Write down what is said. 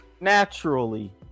Naturally